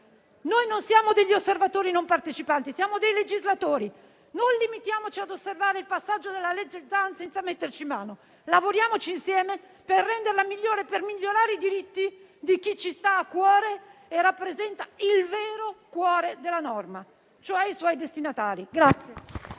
Noi non siamo degli osservatori non partecipanti, siamo dei legislatori, non limitiamoci ad osservare il passaggio della legge Zan senza metterci mano. Lavoriamo insieme per renderla migliore e per migliorare i diritti di chi ci sta a cuore e rappresenta il vero cuore della norma, cioè i suoi destinatari.